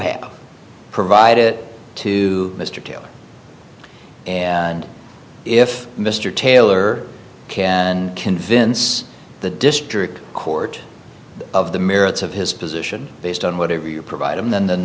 have provide it to mr taylor and if mr taylor can convince the district court of the merits of his position based on whatever you provide him then th